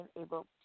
able